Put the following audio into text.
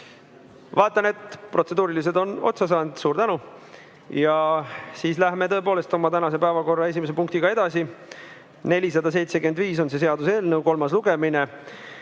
Vaatan, et protseduurilised on otsa saanud. Suur tänu! Läheme oma tänase päevakorra esimese punktiga edasi. 475 on see seaduseelnõu, kolmas lugemine.